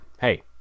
hey